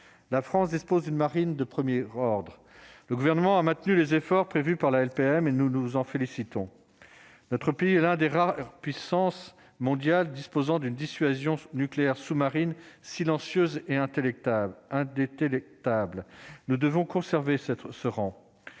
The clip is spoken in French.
la France dispose d'une marine de 1er ordre, le gouvernement a maintenu les efforts prévus par la LPM et nous nous en félicitons, notre pays est l'un des rares puissance mondiale disposant d'une dissuasion nucléaire sous-marine silencieuse et intellectuelle, un des télés tables